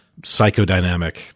psychodynamic